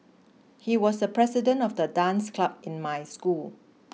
he was the president of the dance club in my school